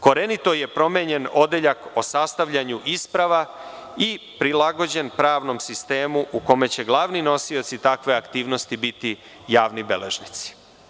Korenito je promenjen odeljak o sastavljanju isprava i prilagođen pravnom sistemu u kome će glavni nosioci takve aktivnosti biti javni beležnici.